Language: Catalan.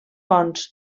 bons